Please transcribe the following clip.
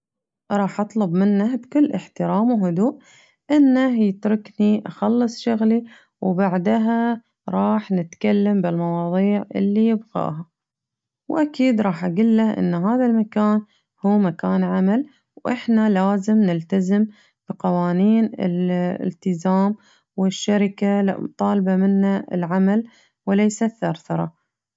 أقول له ما في شي مستاهل توترك كل شي له حل، وأحاول إني آخذه ونطلع نشرب قهوة ونتكلم علشان يخف عليه الضغط وكمان أذكره بالمواقف الجميلة اللي عدت عليه قبل عشان يخفف عن نفسه ويعرف إن الدنيا ما تسوى الزعل.